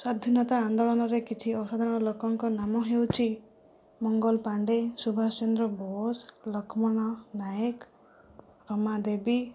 ସ୍ଵାଧୀନତା ଆନ୍ଦୋଳନରେ କିଛି ଅସାଧାରଣ ଲୋକଙ୍କ ନାମ ହେଉଛି ମଙ୍ଗଲ ପାଣ୍ଡେ ସୁବାସ ଚନ୍ଦ୍ର ବୋଷ ଲକ୍ଷ୍ମଣ ନାଏକ ରମା ଦେବୀ